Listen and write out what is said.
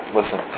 Listen